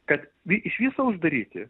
kad vi iš viso uždaryti